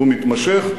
והוא מתמשך,